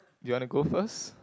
do you wanna go first